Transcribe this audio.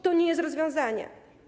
To nie jest rozwiązanie.